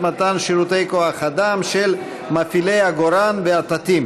82, אפס מתנגדים, אפס נמנעים.